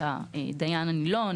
את הדיין הנילון,